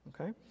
Okay